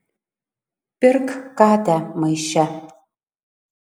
pirk katę maiše